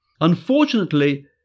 Unfortunately